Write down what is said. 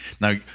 Now